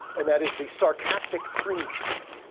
and that is the sarcastic fringehead.